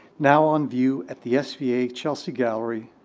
now on view at the sva chelsea gallery,